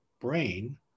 brain